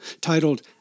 titled